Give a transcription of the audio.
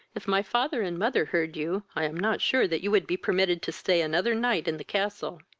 if my father and mother heard you, i am not sure that you would be permitted to stay another night in the castle.